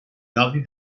gaudi